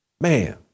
Man